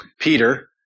Peter